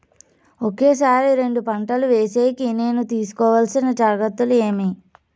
ఒకే సారి రెండు పంటలు వేసేకి నేను తీసుకోవాల్సిన జాగ్రత్తలు ఏమి?